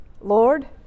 Lord